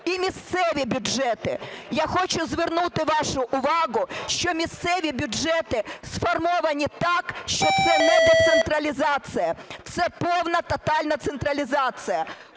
І місцеві бюджети. Я хочу звернути вашу увагу, що місцеві бюджети сформовані так, що це не децентралізація, це повна тотальна централізація.